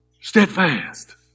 steadfast